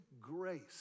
grace